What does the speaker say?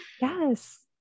Yes